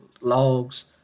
logs